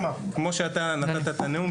כמו שאתה נתת את הנאום,